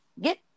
get